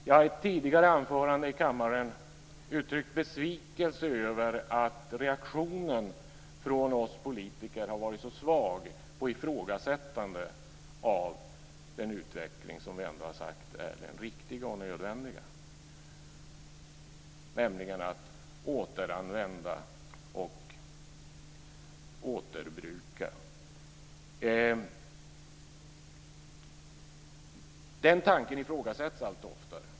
Jag har i tidigare anföranden i kammaren uttryckt besvikelse över att reaktionen från oss politiker varit så svag och ifrågasättande av den utveckling som vi ändå har sagt är riktig och nödvändig, nämligen att återanvända och återbruka. Den tanken ifrågasätts allt oftare.